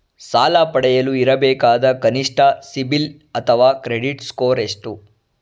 ಸಾಲ ಪಡೆಯಲು ಇರಬೇಕಾದ ಕನಿಷ್ಠ ಸಿಬಿಲ್ ಅಥವಾ ಕ್ರೆಡಿಟ್ ಸ್ಕೋರ್ ಎಷ್ಟು?